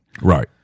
Right